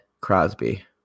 Crosby